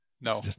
no